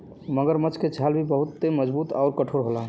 मगरमच्छ के छाल भी बहुते मजबूत आउर कठोर होला